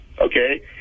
Okay